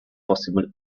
possible